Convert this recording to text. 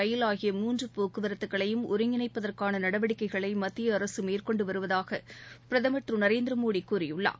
ரயில் ஆகிய முன்று போக்குவரத்துக்களையும் ஒருங்கிணைப்பதற்கான நடவடிக்கைகளை மத்திய அரசு மேற்கொண்டு வருவதாக பிரதமர் திரு நரேந்திரமோடி கூறியுள்ளார்